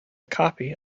copy